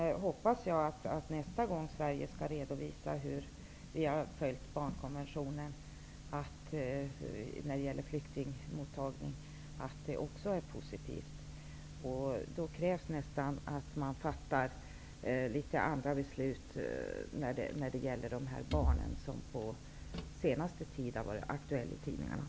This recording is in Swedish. Jag hoppas att resultatet blir positivt när Sverige nästa gång skall redovisa hur vi har följt barnkonventionen också när det gäller flyktingmottagning. Då krävs nästan att man fattar andra beslut när det gäller de barn som den senaste tiden har varit aktuella i debatten i tidningarna.